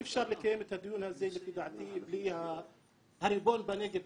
אי-אפשר לקיים את הדיון הזה לפי דעתי בלי הריבון בנגב.